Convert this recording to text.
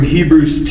Hebrews